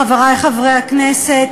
חברי חברי הכנסת,